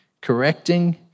correcting